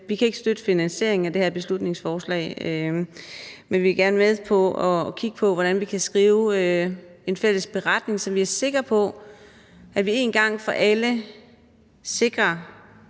Vi kan ikke støtte finansieringen af det her beslutningsforslag, men vi vil gerne være med til at kigge på, hvordan vi kan skrive en fælles beretning, så vi er sikre på, at vi en gang for alle sikrer,